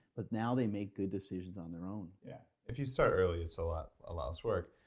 but now they make good decisions on their own yeah. if you start early it's a lot ah lot less work,